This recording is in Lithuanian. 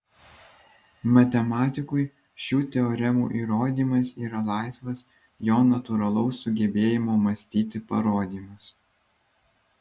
matematikui šių teoremų įrodymas yra laisvas jo natūralaus sugebėjimo mąstyti parodymas